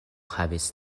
havis